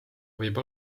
võib